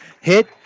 Hit